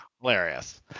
hilarious